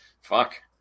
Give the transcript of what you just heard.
fuck